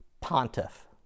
Pontiff